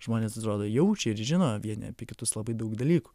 žmonės atrodo jaučia ir žino vieni apie kitus labai daug dalykų